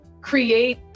create